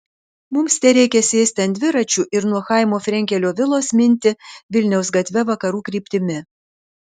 mums tereikia sėsti ant dviračių ir nuo chaimo frenkelio vilos minti vilniaus gatve vakarų kryptimi